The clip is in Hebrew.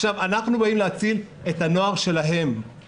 אנחנו באים להציל את הנוער שלהם.